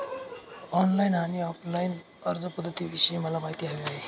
online आणि offline अर्जपध्दतींविषयी मला माहिती हवी आहे